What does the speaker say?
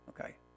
Okay